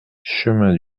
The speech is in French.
chemin